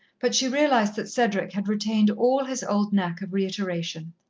but she realized that cedric had retained all his old knack of reiteration.